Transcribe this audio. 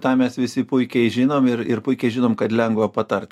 tą mes visi puikiai žinom ir ir puikiai žinom kad lengva patart